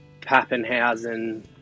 Pappenhausen